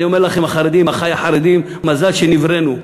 אני אומר לכם, החרדים, אחי החרדים, מזל שנבראנו,